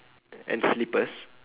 and slippers